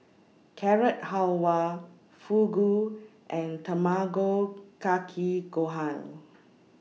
Carrot Halwa Fugu and Tamago Kake Gohan